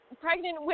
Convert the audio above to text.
pregnant